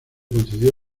concedió